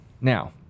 now